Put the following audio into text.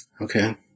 Okay